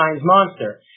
monster